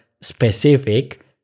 specific